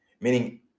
meaning